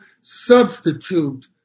substitute